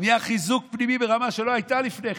נהיה חיזוק פנימי ברמה שלא הייתה לפני כן,